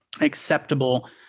acceptable